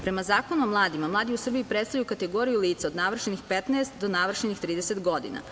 Prema Zakonu o mladima, mladi u Srbiji predstavljaju kategoriju lica od navršenih 15 do navršeni 30 godina.